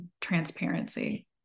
transparency